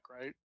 right